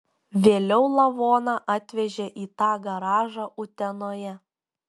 vėliau lavoną atvežė į tą garažą utenoje